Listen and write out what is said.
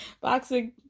Boxing